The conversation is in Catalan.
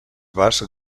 basc